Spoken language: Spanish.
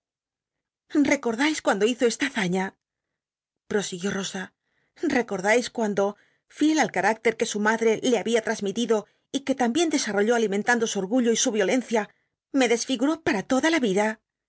ais cuando hizo esta hazaña posiguió llosa ecordais cuando fiel al c mícter que su mad re le había tmsmitido y que también desarrolló alimentando su ogullo y su iolencia me desllguró plll'a toda la vida